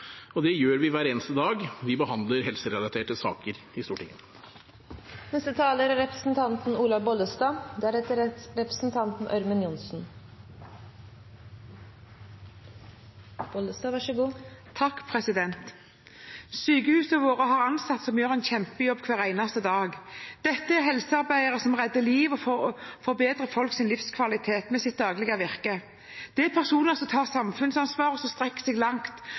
helsetjenester. Det gjør vi hver eneste dag når vi behandler helserelaterte saker i Stortinget. Sykehusene våre har ansatte som gjør en kjempejobb hver eneste dag. Dette er helsearbeidere som redder liv og forbedrer folks livskvalitet med sitt daglige virke. Det er personer som tar samfunnsansvar, og som strekker seg så langt